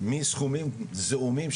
מסכומים זעומים,